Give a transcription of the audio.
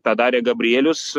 tą darė gabrielius